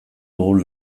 dugun